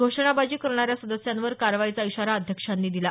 घोषणाबाजी करणाऱ्या सदस्यावर कारवाईचा इशारा अध्यक्षांनी दिला